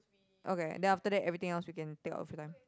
okay then after that everything else we can take our free time